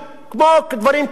כמו דברים כאלה.